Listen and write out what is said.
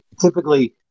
typically